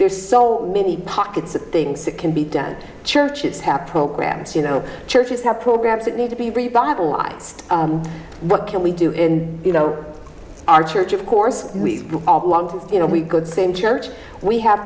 there's so many pockets of things that can be done churches have programs you know churches have programs that need to be revitalized what can we do in you know our church of course we want to you know we good same church we have